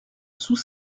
sous